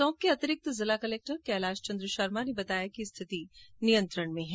टोंक के अतिरिक्त कलेक्टर कैलाश चंद्र शर्मा ने बताया कि स्थिति नियंत्रण में है